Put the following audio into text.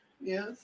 Yes